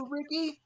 Ricky